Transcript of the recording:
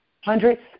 hundreds